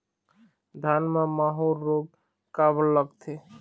धान म माहू रोग काबर लगथे?